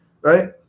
right